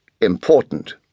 important